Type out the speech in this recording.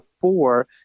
four